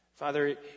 Father